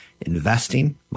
investing